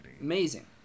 Amazing